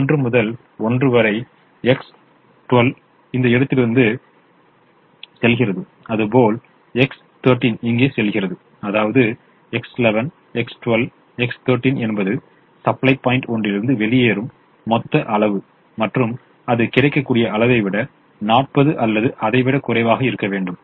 1 முதல் 1 வரை X12 இங்கு செல்கிறது அதுபோல் X13 இங்கே செல்கிறது அதாவது X11 X12 X13 என்பது சப்ளை பாயிண்ட் ஒன்றிலிருந்து வெளியேறும் மொத்த அளவு மற்றும் அது கிடைக்கக்கூடிய அளவை விட 40 அல்லது அதைவிட குறைவாக இருக்க வேண்டும்